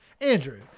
Andrew